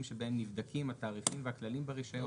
בהם נבדקים התעריפים והכללים ברישיון.